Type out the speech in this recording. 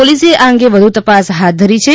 પોલીસે આ અંગે વધુ તપાસ હાથ ધરી છે